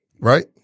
right